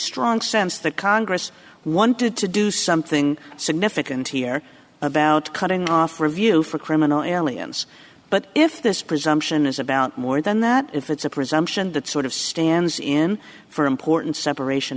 strong sense that congress wanted to do something significant here about cutting off review for criminal aliens but if this presumption is about more than that if it's a presumption that sort of stands in for important separation